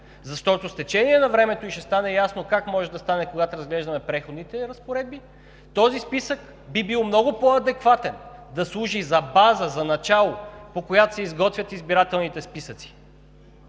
защото с течение на времето, и ще стане ясно как може да стане, когато разглеждаме Преходните и заключителни разпоредби, този списък би бил много по-адекватен, да служи за база, за начало, по което се изготвят избирателните списъци.